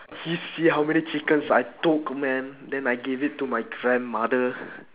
you see how many chickens I took man then I give it to my grandmother